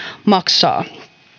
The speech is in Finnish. maksaa